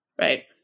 Right